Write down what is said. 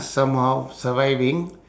somehow surviving